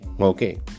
okay